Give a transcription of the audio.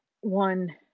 one